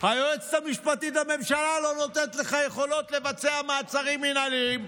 היועצת המשפטית לממשלה לא נותנת לך יכולות לבצע מעצרים מינהליים.